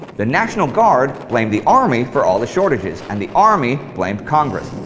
the national guard blamed the army for all the shortages, and the army blamed congress.